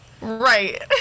Right